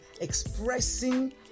expressing